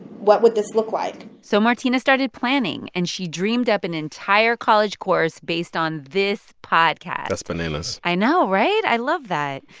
what would this look like? so martina started planning, and she dreamed up an entire college course based on this podcast that's bananas i know, right? i love that.